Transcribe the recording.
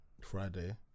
Friday